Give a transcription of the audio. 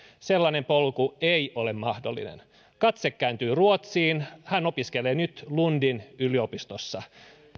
sellainen polku ei ole mahdollinen katse kääntyi ruotsiin hän opiskelee nyt lundin yliopistossa